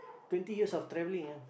twenty years of travelling ah